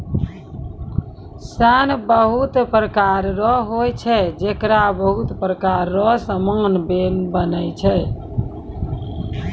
सन बहुत प्रकार रो होय छै जेकरा बहुत प्रकार रो समान बनै छै